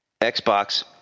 Xbox